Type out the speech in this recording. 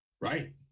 Right